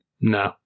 No